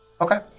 Okay